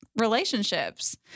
relationships